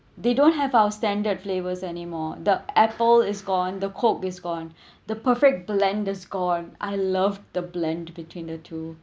they don't have our standard flavours anymore the apple is gone the coke is gone the perfect blenders gone I love the blend between the two